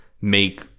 make